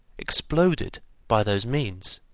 exploded by those means.